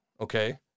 okay